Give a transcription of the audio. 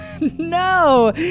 No